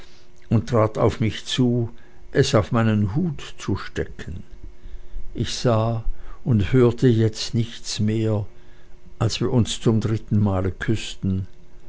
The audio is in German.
und trat auf mich zu es auf meinen hut zu stecken ich sah und hörte jetzt nichts mehr als wir uns zum dritten male küßten